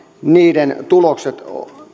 niiden tulokset